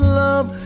love